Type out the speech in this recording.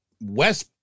West